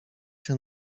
się